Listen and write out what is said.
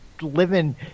living